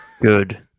Good